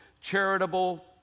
charitable